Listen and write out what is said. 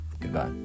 goodbye